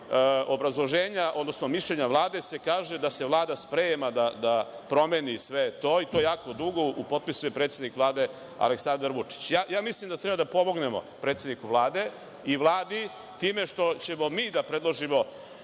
obrazloženja, odnosno mišljenja Vlade se kaže da se Vlada sprema da promeni sve to, i to je jako dugo, u potpisu je predsednik Vlade Aleksandar Vučić. Mislim da treba da pomognemo predsedniku Vlade i Vladi time što ćemo mi da predložimo,